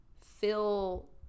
fill